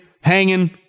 hanging